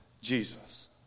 Jesus